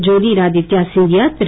Jyotiraditya Scindia Thiru